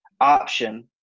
option